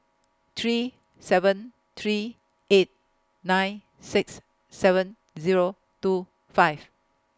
three seven three eight nine six seven Zero two five